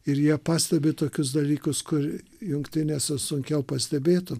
ir jie pastebi tokius dalykus kur jungtinėse sunkiau pastebėtum